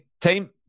team